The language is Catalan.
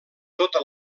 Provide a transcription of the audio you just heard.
tota